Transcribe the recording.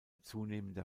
zunehmender